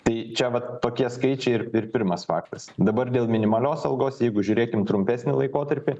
tai čia vat tokie skaičiai ir pirmas faktas dabar dėl minimalios algos jeigu žiūrėkim trumpesnį laikotarpį